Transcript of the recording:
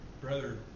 Brother